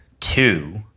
two